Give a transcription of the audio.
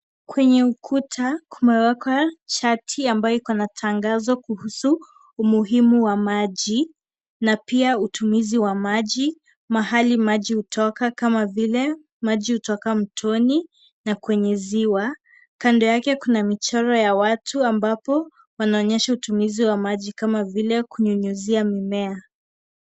Kwenye ukuta kumewekwa shati ambayo iko na tangazo kuhusu umuhimu wa maji na pia utumizi wa maji, mahali maji hutoka kama vile maji hutoka mtoni na kwenye ziwa. Kando yake kuna mochoro ya watu ambapo wanaonyesha utumizi wa maji kama vile kunyunyizia mimea.